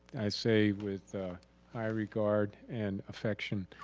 i say with high regard and affection,